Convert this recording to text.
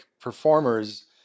performers